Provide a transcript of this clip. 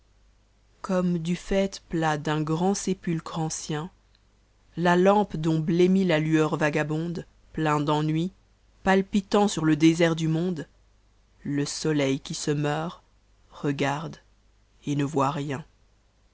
comme du faite plat d'un t tand scpulcre anc cn la lampe dont msmit la lueur vagabonde pleta d'ennui palpitant sur le dcsett du monde le soleil qui se mourt regarde et ne vott rten